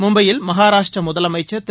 மும்பையில் மகாராஷ்டிர முதலமைச்சா் திரு